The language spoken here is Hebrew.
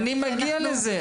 אני מגיע לזה.